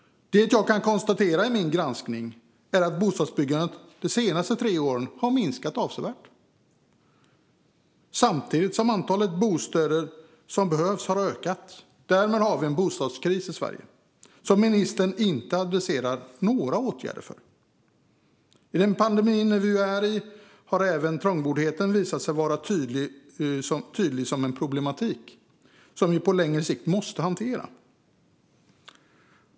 Jag kan i min granskning konstatera att bostadsbyggandet de senaste tre åren har minskat avsevärt samtidigt som antalet bostäder som behövs har ökat. Därmed har vi en bostadskris i Sverige, som ministern inte nämner några åtgärder för att ta itu med. I den pandemi vi nu befinner oss i har även trångboddhet tydligt visat sig vara en problematik som vi på längre sikt måste hantera.